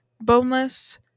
boneless